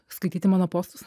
skaityti mano postus